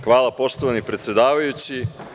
Hvala poštovani predsedavajući.